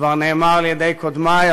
כבר נאמר על-ידי קודמי,